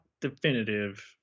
definitive